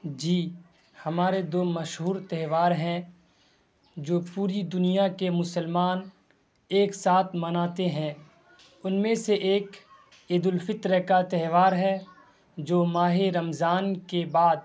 جی ہمارے دو مشہور تہوار ہیں جو پوری دنیا کے مسلمان ایک ساتھ مناتے ہیں ان میں سے ایک عید الفطر کا تہوار ہے جو ماہ رمضان کے بعد